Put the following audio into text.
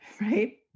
right